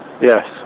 Yes